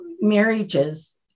marriages